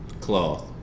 cloth